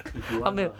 if you want ah